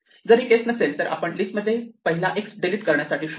जर ही केस नसेल तर आपण लिस्टमध्ये पहिला x डिलीट करण्यासाठी शोधू